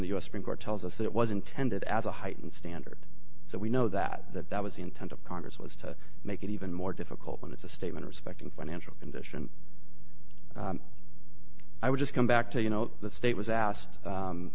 the u s supreme court tells us that it was intended as a heightened standard so we know that that that was the intent of congress was to make it even more difficult when it's a statement respecting financial condition i would just come back to you know the state was asked